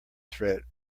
threat